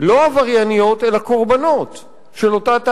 לא עברייניות אלא קורבנות של אותה תעשייה,